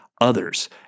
others